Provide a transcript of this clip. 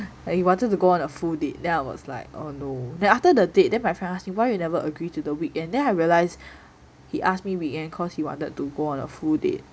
like he wanted to go on a full date then I was like oh no then after the date then my friend ask me why you never agree to the weekend then I realise he ask me weekend cause he wanted to go on a full date